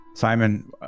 Simon